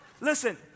listen